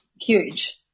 huge